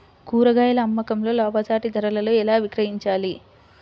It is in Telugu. కూరగాయాల అమ్మకంలో లాభసాటి ధరలలో ఎలా విక్రయించాలి?